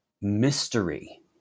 mystery